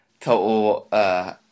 total